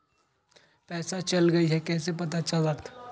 पैसा चल गयी कैसे पता चलत?